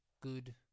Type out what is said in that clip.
good